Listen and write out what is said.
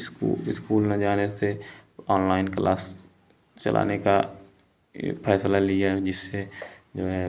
इस्कू school ना जाने से ऑनलाइन क्लास चलाने का यह फैसला लिया है जिससे जो है